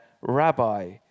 rabbi